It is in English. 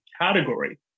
category